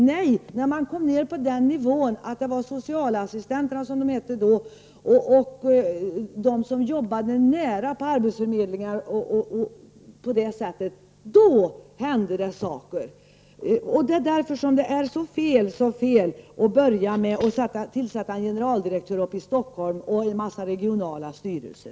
Nej, först när man kom ned på nivån med socialassistenterna, som de hette då, och andra som jobbade nära människorna på t.ex. arbetsförmedlingar hände det saker. Det är så fel, så fel att börja med att tillsätta en generaldirektör i Stockholm och en massa regionala styrelser.